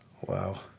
Wow